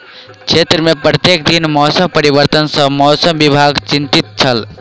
क्षेत्र में प्रत्येक दिन मौसम परिवर्तन सॅ मौसम विभाग चिंतित छल